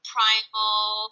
Primal